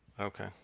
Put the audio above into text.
Okay